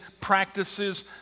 practices